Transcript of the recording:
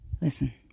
Listen